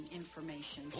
information